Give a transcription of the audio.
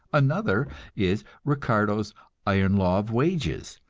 another is ricardo's iron law of wages,